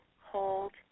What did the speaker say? hold